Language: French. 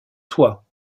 toi